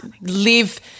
live –